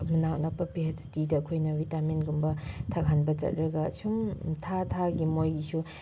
ꯃꯅꯥꯛ ꯅꯛꯄ ꯄꯤ ꯍꯩꯆ ꯗꯤꯗ ꯑꯩꯈꯣꯏꯅ ꯚꯤꯇꯥꯃꯤꯟꯒꯨꯝꯕ ꯊꯛꯍꯟꯕ ꯆꯠꯂꯒ ꯁꯨꯝ ꯊꯥ ꯊꯥꯒꯤ ꯃꯣꯏꯒꯤꯁꯨ